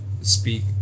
speak